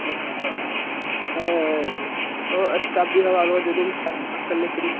अच्छा वो अस्टाफ भी हमरा रोज रूम साफ साफ करने के लिए